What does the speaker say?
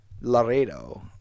Laredo